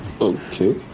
Okay